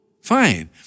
Fine